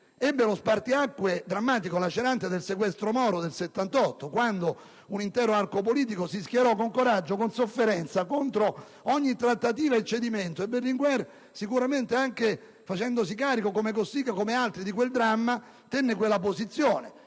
ebbe uno spartiacque drammatico e lacerante nel sequestro Moro, nel 1978, quando un intero arco politico si schierò con coraggio e sofferenza contro ogni trattativa e cedimento e Berlinguer, facendosi carico, come Cossiga e altri, di quel dramma, tenne quella posizione.